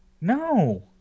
No